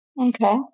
Okay